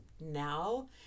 now